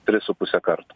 tris su puse karto